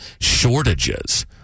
shortages